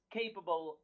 capable